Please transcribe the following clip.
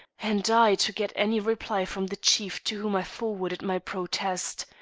and i to get any reply from the chief to whom i forwarded my protest,